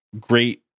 great